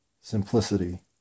simplicity